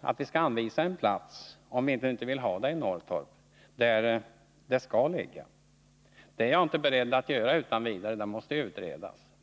att vi skulle anvisa en plats där anläggningen för avfallshantering skall ligga, om vi nu inte vill ha den i Norrtorp. Det är jag inte utan vidare beredd att göra — det måste utredas.